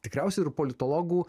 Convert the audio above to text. tikriausiai ir politologų